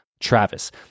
Travis